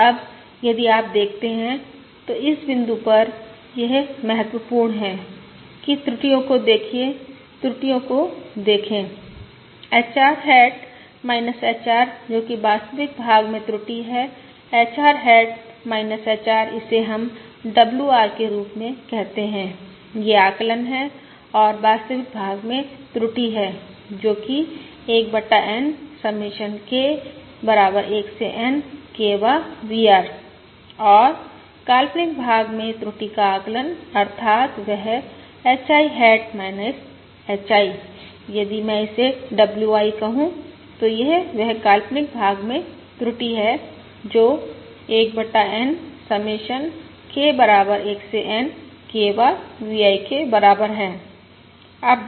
और अब यदि आप देखते हैं तो इस बिंदु पर यह महत्वपूर्ण है कि त्रुटियों को देखें त्रुटियों को देखें HR हैट HR जो कि वास्तविक भाग में त्रुटि है HR हैट HR इसे हम WR के रूप में कहते हैं यह आकलन है और वास्तविक भाग में त्रुटि है जो कि 1 बटा N समेशन K बराबर 1 से N K वाँ VR और काल्पनिक भाग में त्रुटि का आकलन अर्थात् वह HI हैट HI यदि मैं इसे WI कहूं तो यह वह काल्पनिक भाग में त्रुटि है जो 1 बटा N समेशन K बराबर 1 से N K वाँ VI के बराबर है